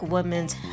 Women's